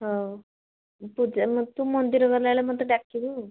ହଉ ତୁ ଯା ମନ୍ଦିର ଗଲା ବେଳେ ମୋତେ ଡାକିବୁ ଆଉ